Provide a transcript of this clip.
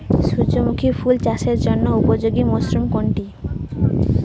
সূর্যমুখী ফুল চাষের জন্য উপযোগী মরসুম কোনটি?